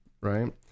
right